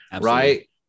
right